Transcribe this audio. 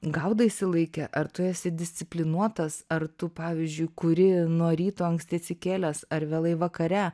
gaudaisi laike ar tu esi disciplinuotas ar tu pavyzdžiui kuri nuo ryto anksti atsikėlęs ar vėlai vakare